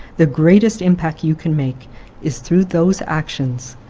the greatest impact you can make is through those actions,